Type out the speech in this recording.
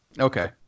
Okay